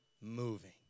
moving